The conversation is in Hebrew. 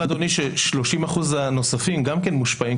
30% הנוספים גם כן מושפעים,